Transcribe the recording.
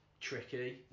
tricky